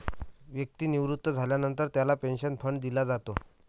व्यक्ती निवृत्त झाल्यानंतर त्याला पेन्शन फंड दिला जातो